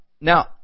now